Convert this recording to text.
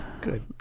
Good